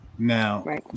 Now